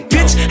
Bitch